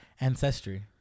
ancestry